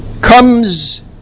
comes